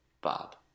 Bob